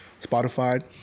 Spotify